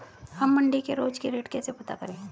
हम मंडी के रोज के रेट कैसे पता करें?